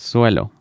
Suelo